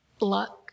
luck